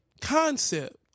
concept